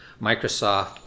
Microsoft